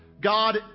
God